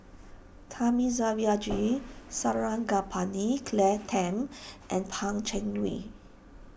Thamizhavel G Sarangapani Claire Tham and Pan Cheng Lui